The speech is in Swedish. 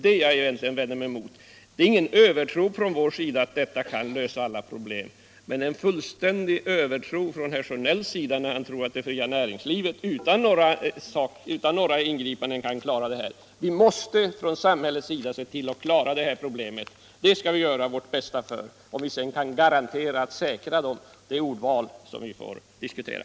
Det är ingen övertro från vår sida att detta inflytande kan lösa alla problem, men det är en fullständig övertro från herr Regnélls sida när han menar att det fria näringslivet utan några ingripanden kan klara det. Vi måste från samhällets sida se till att klara problemet, och det skall vi göra vårt bästa för. Om vi sedan kan säkra tillgångarna är en fråga om ordval som vi får diskutera.